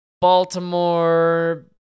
Baltimore